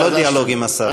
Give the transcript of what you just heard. זה לא דיאלוג עם השר.